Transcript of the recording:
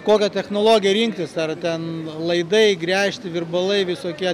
kokią technologiją rinktis ar ten laidai gręžti virbalai visokie